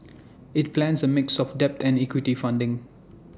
IT plans A mix of debt and equity funding